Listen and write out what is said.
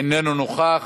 איננו נוכח.